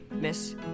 Miss